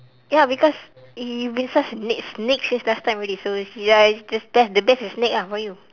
ya because you've been such a next snake since last time already so ya it's the the best is snake ah for you